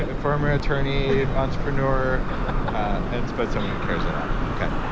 ah former attorney, entrepreneur and but someone who cares a lot. okay,